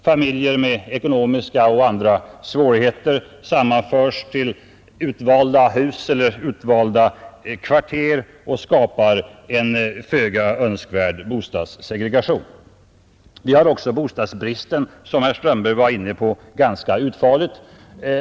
Familjer med ekonomiska och andra svårigheter sammanförs till utvalda hus eller kvarter och skapar en föga önskvärd bostadssegregation. Vi har också bostadsbristen, som herr Strömberg ganska utförligt uppehöll sig vid.